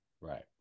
right